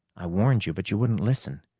i warned you, but you wouldn't listen.